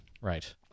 right